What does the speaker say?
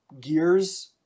gears